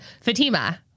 Fatima